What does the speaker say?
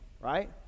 right